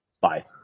Bye